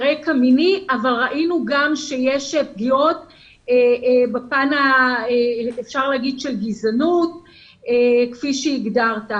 רקע מיני אבל ראינו גם שיש פגיעות בפן של גזענות כפי שהגדרת.